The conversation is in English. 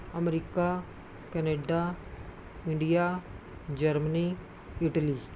America Canada India Germany Italy